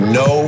no